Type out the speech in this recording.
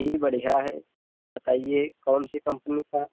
जी बढ़िया है बताइए कौन सी कंपनी का